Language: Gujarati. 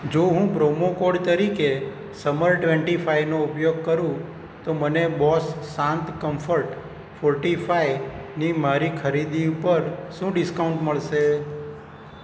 જો હું પ્રોમો કોડ તરીકે સમર ટ્વેન્ટી ફાઇવનો ઉપયોગ કરું તો મને બોસ શાંત કમ્ફર્ટ ફોર્ટી ફાઇવની મારી ખરીદી ઉપર શું ડિસ્કાઉન્ટ મળશે